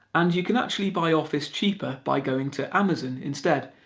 and you can actually buy office cheaper by going to amazon instead.